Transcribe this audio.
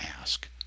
ask